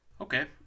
Okay